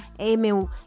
Amen